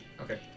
Okay